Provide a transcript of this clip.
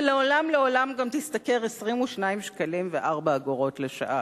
שלעולם לעולם גם תשתכר 22 שקלים ו-4 אגורות לשעה.